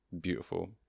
beautiful